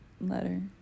letter